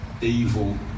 evil